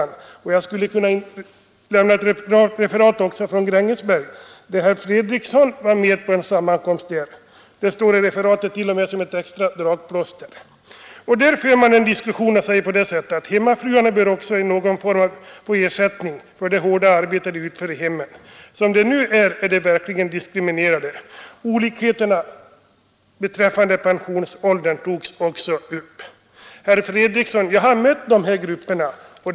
Nu kan jag också hänvisa till ett referat från Grängesberg, hämtat ur tidningen Dala-Demokraten, enligt vilket herr Fredriksson var med på en facklig sammankomst och där det i tidningen t.o.m. står: ”Som ett extra dragplåster vid mötet fungerade riksdagsman Torsten Fredriksson ———.” Längre ned i samma spalt säger man: ”Hemmafruarna bör också ha någon form av ersättning för det hårda arbete de utför i hemmen. Som det nu är är de verkligen diskriminerade. Olikheterna beträffande pensionsåldern togs också upp.” Jag har mött de här grupperna och känner deras värld, herr Fredriksson.